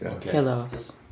pillows